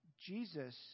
Jesus